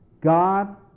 God